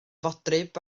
fodryb